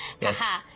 Yes